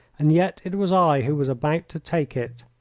and yet it was i who was about to take it.